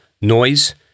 noise